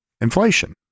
inflation